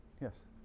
yes